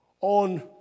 on